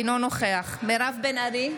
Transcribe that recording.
אינו נוכח מירב בן ארי,